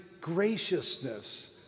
graciousness